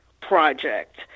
project